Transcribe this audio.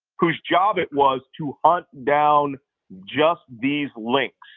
whose job it was to hunt down just these links.